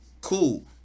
cool